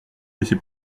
laisser